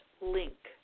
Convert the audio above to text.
link